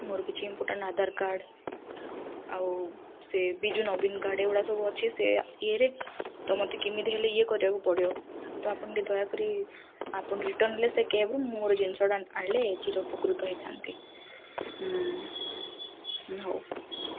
ମୋର କିଛି important Aadhaar card ଆଉ ସେ ବିଜୁ ନବୀନ୍ କାର୍ଡ଼ ଏଗୁଡ଼ା ସବୁ ଅଛି ସେ ଇଏରେ ତ ମୋତେ କେମିତି ହେଲେ ଇଏ କରିବାକୁ ପଡ଼ିବ ତ ଆପଣ ଟିକେ ଦୟାକରି ଆପଣ ରିଟର୍ନ ହେଲେ ସେ କ୍ୟାବ୍ରୁ ମୁଁ ମୋର ଜିନିଷଟା ଆଣିଲେ ଚିର ଉପକୃତ ହେଇଥାନ୍ତି ହଉ